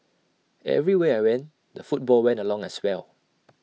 everywhere I went the football went along as well